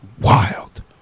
wild